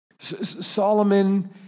Solomon